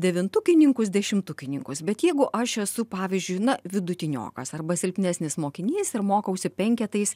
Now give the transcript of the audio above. devintukininkus dešimtukininkus bet jeigu aš esu pavyzdžiui na vidutiniokas arba silpnesnis mokinys ir mokausi penketais